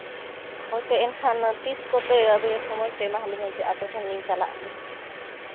ᱦᱳᱭᱛᱳ ᱮᱱᱠᱷᱟᱱ ᱛᱤᱥ ᱠᱚᱛᱮ ᱥᱚᱢᱚᱭ ᱯᱮ ᱮᱢᱟ ᱟᱣᱞᱤᱧᱟ ᱡᱮ ᱟᱯᱮ ᱴᱷᱮᱱ ᱞᱤᱧ ᱪᱟᱞᱟᱜ ᱟᱹᱞᱤᱧ